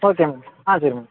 okay ma'am ஆ சரி ma'am